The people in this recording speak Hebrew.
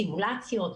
סימולציות,